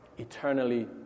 Eternally